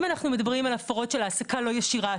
אם אנחנו מדברים על הפרות של העסקה לא ישירה,